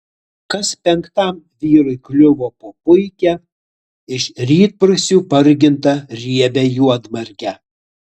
kas penktam vyrui kliuvo po puikią iš rytprūsių pargintą riebią juodmargę